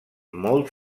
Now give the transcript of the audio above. molt